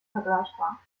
vergleichbar